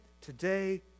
today